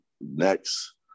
next